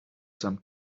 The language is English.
some